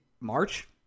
March